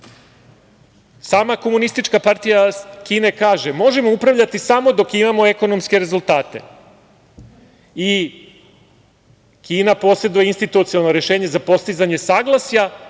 dobrobit. Komunistička partija Kine kaže – možemo upravljati samo dok imamo ekonomske rezultate. Kina poseduje institucionalno rešenje za postizanje saglasja,